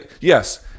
yes